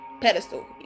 pedestal